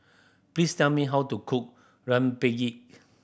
please tell me how to cook rempeyek